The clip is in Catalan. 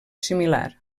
similar